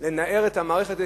הוא לנער את המערכת,